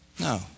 No